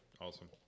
Awesome